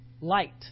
Light